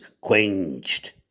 quenched